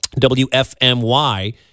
WFMY